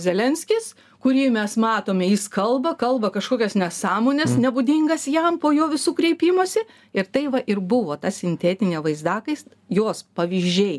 zelenskis kurį mes matome jis kalba kalba kašokias nesąmones nebūdingas jam po jo visų kreipimosi ir tai va ir buvo ta sintetinė vaizdakais jos pavyzdžiai